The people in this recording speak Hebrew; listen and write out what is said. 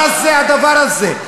מה זה הדבר הזה?